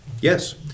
yes